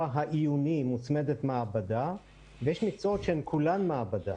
העיוני מוצמדת מעבדה ויש מקצועות שהם כולם מעבדה,